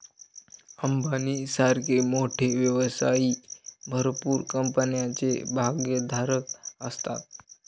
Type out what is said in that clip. अंबानी सारखे मोठे व्यवसायी भरपूर कंपन्यांचे भागधारक असतात